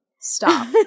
Stop